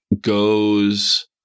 goes-